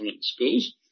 schools